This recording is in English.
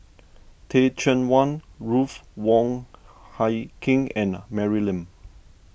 Teh Cheang Wan Ruth Wong Hie King and Mary Lim